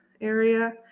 area